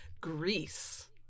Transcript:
Greece